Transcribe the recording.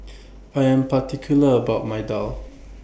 I Am particular about My Daal